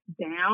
down